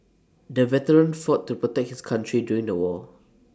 the veteran fought to protect his country during the war